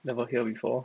never hear before